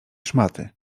szmaty